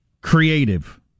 Creative